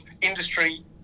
industry